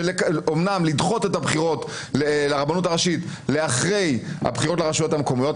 אומנם לדחות את הבחירות לרבנות הראשית לאחרי הבחירות לרשויות המקומיות,